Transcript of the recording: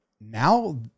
Now